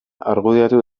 argudiatu